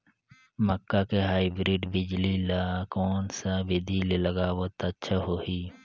मक्का के हाईब्रिड बिजली ल कोन सा बिधी ले लगाबो त अच्छा होहि?